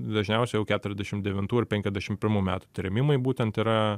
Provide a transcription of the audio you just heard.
dažniausiai jau keturiasdešim devintų ir penkiasdešim pirmų metų trėmimai būtent yra